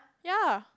ya